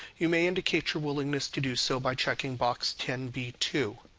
you may indicate your willingness to do so by checking box ten b two.